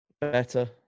Better